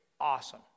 Awesome